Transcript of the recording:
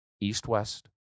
east-west